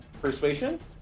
Persuasion